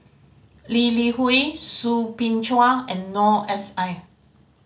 Lee Li Hui Soo Bin Chua and Noor S I